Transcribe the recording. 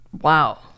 wow